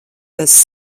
tas